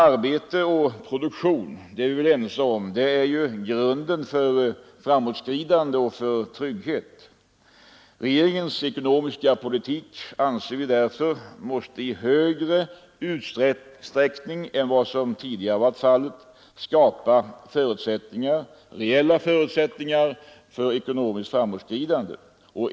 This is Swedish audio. Arbete och produktion är ju — det är vi väl överens om — grunden för framåtskridande och trygghet. Vi anser därför att regeringens ekonomiska politik i högre utsträckning än vad som tidigare varit fallet måste skapa reella förutsättningar för ekonomiskt framåtskridande.